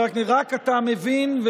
רק אתה מבין,